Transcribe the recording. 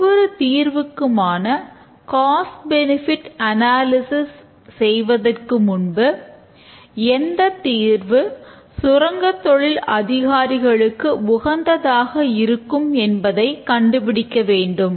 ஒவ்வொரு தீர்வுகளுக்குமான cost benefit analysis செய்வதற்கு முன்பு எந்தத்தீர்வு சுரங்கத்தொழில் அதிகாரிகளுக்கு உகந்ததாக இருக்கும் என்பதை கண்டுபிடிக்க வேண்டும்